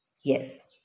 Yes